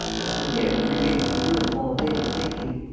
as for him, he remained in his room all day, thinking.